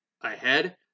ahead